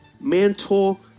Mental